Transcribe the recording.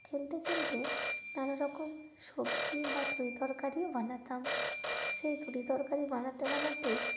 খেলতে খেলতে নানা রকম সবজি বা তরিতরকারিও বানাতাম সেই তরিতরকারি বানাতে বানাতে